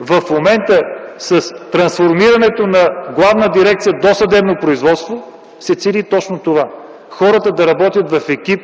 в момента с трансформирането на Главна дирекция „Досъдебно производство” се цели точно това – хората да работят в екип